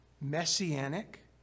messianic